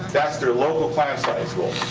that's their local class size goal.